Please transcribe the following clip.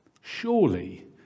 Surely